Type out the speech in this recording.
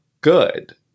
good